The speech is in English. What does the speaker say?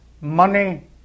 money